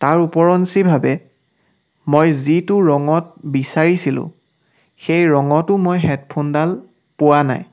তাৰ ওপৰিঞ্চিভাৱে মই যিটো ৰঙত বিচাৰিছিলো সেই ৰঙতো মই হেডফোনডাল পোৱা নাই